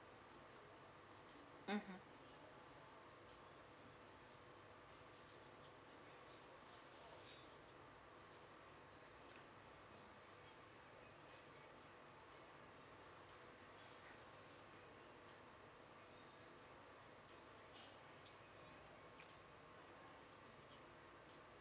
mmhmm